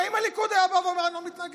האם הליכוד היה אומר: אני לא מתנגד,